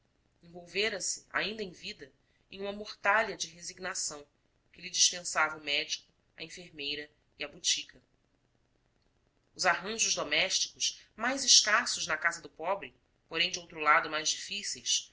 envolverase ainda em vida em uma mortalha de resignação que lhe dispensava o médico a enfermeira e a botica os arranjos domésticos mais escassos na casa do pobre porém de outro lado mais difíceis